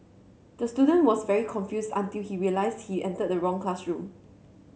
the student was very confused until he realised he entered the wrong classroom